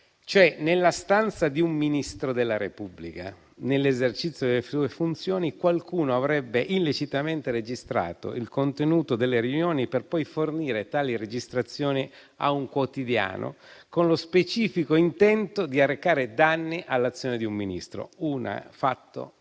Nella stanza di un Ministro della Repubblica nell'esercizio delle sue funzioni, qualcuno avrebbe illecitamente registrato il contenuto delle riunioni per poi fornire tali registrazioni a un quotidiano, con lo specifico intento di arrecare danni all'azione del Ministro stesso: